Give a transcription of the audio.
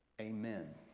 Amen